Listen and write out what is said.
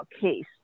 case